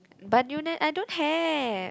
but you ne~ I don't have